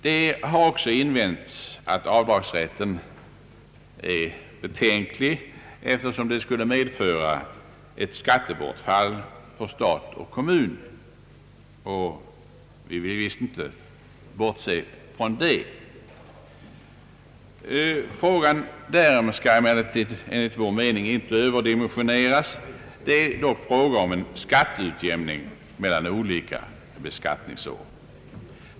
Det har också invänts att avdragsrätten är betänklig eftersom den skulle medföra ett skattebortfall för stat och kommun, och vi vill visst inte bortse från denna invändning. Den frågan skall emellertid inte överdimensioneras; det är dock fråga om skatteutjämning mellan olika beskattningsår.